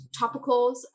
topicals